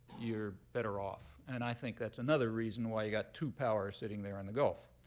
you're better off. and i think that's another reason why you've got two powers sitting there in the gulf.